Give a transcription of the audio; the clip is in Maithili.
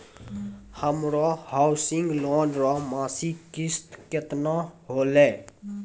हमरो हौसिंग लोन रो मासिक किस्त केतना होलै?